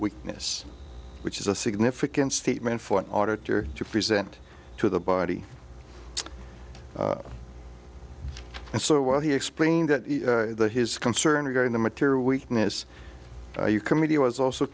weakness which is a significant statement for an auditor to present to the body and so while he explained that his concern regarding the material weakness you committee was also